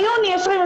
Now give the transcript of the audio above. ביוני 2021,